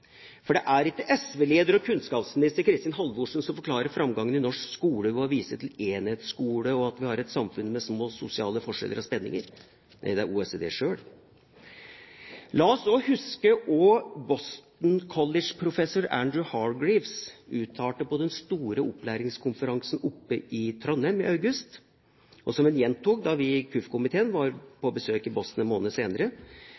For det er ikke SV-leder og kunnskapsminister Kristin Halvorsen som forklarer framgangen i norsk skole ved å vise til enhetsskolen, og at vi har et samfunn med små sosiale forskjeller og spenninger. Nei, det er OECD sjøl! La oss også huske hva Boston College-professor Andrew Hargreaves uttalte på den store opplæringskonferansen i Trondheim i august, og som han gjentok da vi i KUF-komiteen var